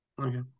Okay